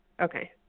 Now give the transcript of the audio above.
Okay